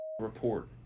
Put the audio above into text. report